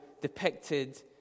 depicted